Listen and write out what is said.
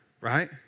Right